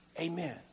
Amen